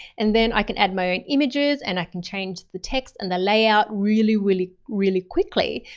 and then i can add my own images and i can change the text and the layout really, really, really quickly.